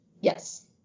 Yes